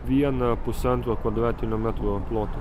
vieną pusantro kvadratinio metro plotą